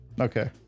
Okay